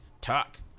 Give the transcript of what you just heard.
talk